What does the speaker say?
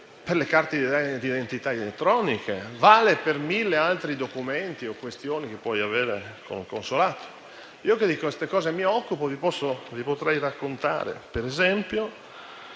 per le carte di identità elettroniche e per mille altri documenti o questioni che riguardano un consolato. Io, che di queste cose mi occupo, vi potrei raccontare ad esempio